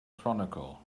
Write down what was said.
chronicle